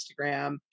Instagram